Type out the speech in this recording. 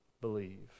believe